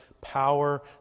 power